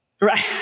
Right